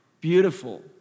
beautiful